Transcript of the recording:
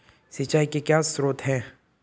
सिंचाई के क्या स्रोत हैं?